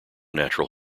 natural